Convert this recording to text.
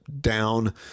down